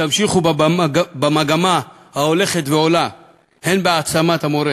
תמשיכו במגמה ההולכת ועולה הן בהעצמת המורה